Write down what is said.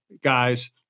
guys –